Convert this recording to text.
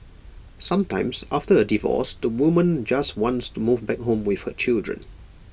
sometimes after A divorce the woman just wants to move back home with her children